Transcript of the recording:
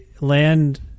land